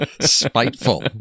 spiteful